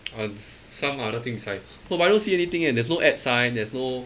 oh it's some other things like no but I don't see anything eh there's no add sign there's no